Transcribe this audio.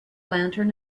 lantern